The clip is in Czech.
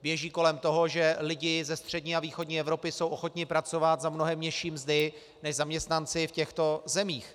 Běží kolem toho, že lidé ze střední a východní Evropy jsou ochotni pracovat za mnohem nižší mzdy než zaměstnanci v těchto zemích.